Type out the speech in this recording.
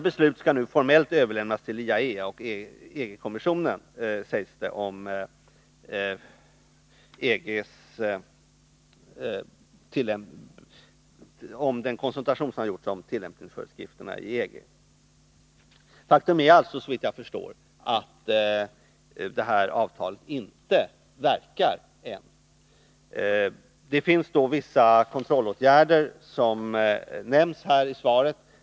Beslut om den konsultation som har gjorts om tillämpningsföreskrifterna i EG skall nu formellt överlämnas till IAEA och EG-kommissionen. Såvitt jag förstår verkar inte detta avtal än. Vissa kontrollåtgärder nämns i svaret.